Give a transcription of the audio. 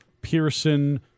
Pearson –